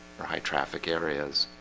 or high traffic areas